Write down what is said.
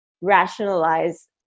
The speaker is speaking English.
rationalize